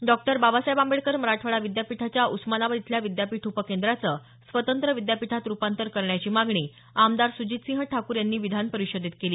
doctor Babasaheb Ambedkar Marathwada विद्यापीठाच्या उस्मानाबाद इथल्या विद्यापीठ उपकेंद्राचं स्वतंत्र विद्यापीठात रुपांतर करण्याची मागणी आमदार सुजितसिंह ठाकूर यांनी विधानपरिषदेत केली